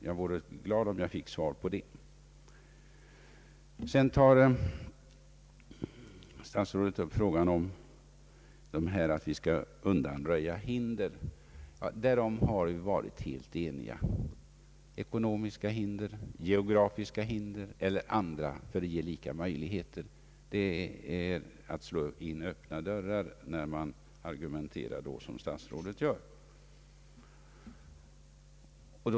Jag är intresserad av att få ett svar på den frågan. Sedan tar statsrådet upp frågan om vi skall undanröja hinder för att alla ungdomar skall få samma chans till utbildning. Vi har varit helt eniga om att undanröja ekonomiska hinder, geografiska hinder eller andra hinder för att ge alla ungdomar samma möjligheter. Det är att slå in öppna dörrar, om man argumenterar såsom statsrådet gör.